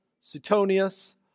Suetonius